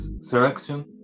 selection